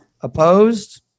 Opposed